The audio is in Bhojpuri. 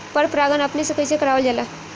पर परागण अपने से कइसे करावल जाला?